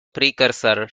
precursor